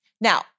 Now